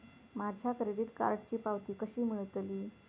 माझ्या क्रेडीट कार्डची पावती कशी मिळतली?